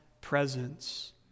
presence